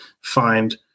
find